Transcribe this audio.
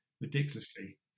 ridiculously